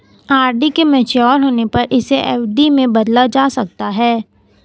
RD के mature होने पर इसे एफ.डी में बदला जा सकता है